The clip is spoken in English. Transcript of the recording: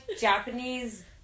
Japanese